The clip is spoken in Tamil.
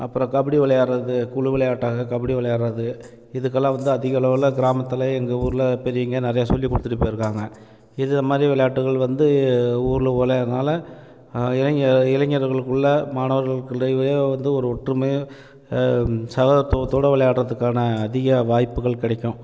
அப்பறம் கபடி விளையாட்றது குழு விளையாட்டாக கபடி விளையாட்றது இதுக்கெல்லாம் வந்து அதிகளவில் கிராமத்தில் எங்கள் ஊரில் பெரியவங்க நிறையா சொல்லி கொடுத்துட்டு போயிருக்காங்க இது மாதிரி விளையாட்டுகள் வந்து ஊரில் விளையாட்றதுனால இளைஞர்களுக்குள்ள மாணவர்களுக்கு இடையவே வந்து ஒரு ஒற்றுமை சகோதரத்துவத்தோடு விளையாட்றதுக்கான அதிக வாய்ப்புகள் கிடைக்கும்